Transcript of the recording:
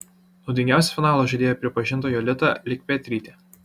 naudingiausia finalo žaidėja pripažinta jolita likpetrytė